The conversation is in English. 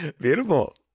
Beautiful